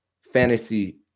fantasy